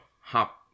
hop